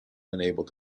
unable